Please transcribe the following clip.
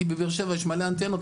כי בבאר שבע יש מלא אנטנות,